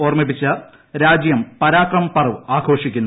ഓർമ്മിപ്പിച്ച് രാജ്യം പരാക്രം പർവ്വ് ആഘോഷിക്കുന്നു